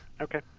Okay